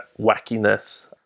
wackiness